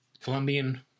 Colombian